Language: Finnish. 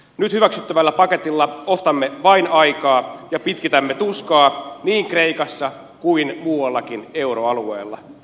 nyt hyväksyttävällä paketilla ostamme vain aikaa ja pitkitämme tuskaa niin kreikassa kuin muuallakin euroalueella